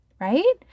right